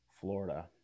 Florida